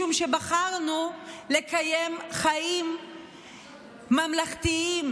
משום שבחרנו לקיים חיים ממלכתיים,